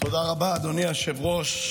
תודה רבה, אדוני היושב-ראש.